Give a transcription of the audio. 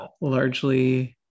largely